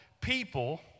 people